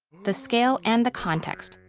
the scale, and the context,